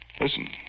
Listen